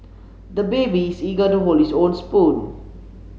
the baby is eager to hold his own spoon